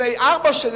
לפני ארבע שנים,